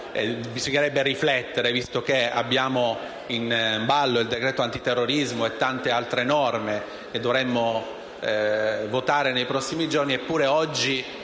bisognerebbe riflettere, visto che abbiamo in ballo il decreto antiterrorismo e tante altre norme che dovremo votare nei prossimi giorni. Eppure, oggi,